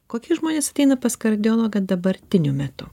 kokie žmonės ateina pas kardiologą dabartiniu metu